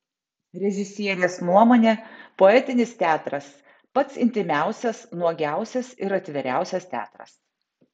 režisierės nuomone poetinis teatras pats intymiausias nuogiausias ir atviriausias teatras